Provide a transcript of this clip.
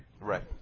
Right